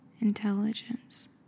intelligence